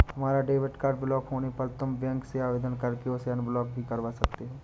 तुम्हारा debit card block होने पर तुम बैंक से आवेदन करके उसे अनब्लॉक भी करवा सकते हो